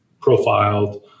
profiled